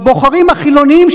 בבוחרים החילונים,